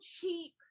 cheap